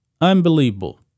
Unbelievable